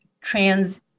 trans